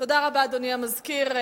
תודה רבה, אדוני המזכיר.